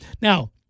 Now